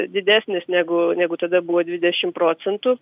didesnis negu negu tada buvo dvidešim procentų